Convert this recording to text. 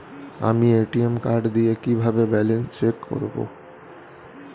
আমি ATM card দিয়ে কিভাবে ব্যালেন্স চেক করব?